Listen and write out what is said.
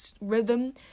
rhythm